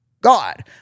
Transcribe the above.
God